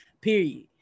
Period